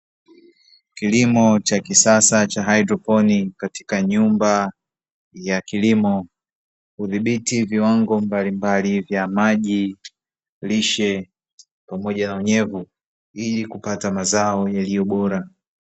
Kilimo cha kisasa cha hydroponic katika nyumba ya kilimo, udhibiti viwango mbalimbali vya maji lishe pamoja na unyevu ili kupata mazao yaliyo bora.